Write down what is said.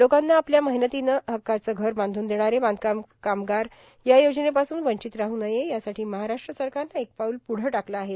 लोकांना आपल्या मेहनतीने हक्काची घरे बांधून देणारे बांधकाम कामगार या योजनेपासून र्वीचत राहू नये यासाठी महाराष्ट्र सरकारन एक पाऊल पूढ टाकल आहे